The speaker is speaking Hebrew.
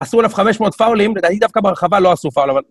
עשו 1,500 פאולים, לדעתי דווקא ברחבה לא עשו פאול, אבל...